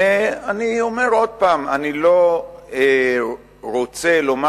ואני אומר עוד פעם: אני לא רוצה לומר